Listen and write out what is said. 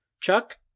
Chuck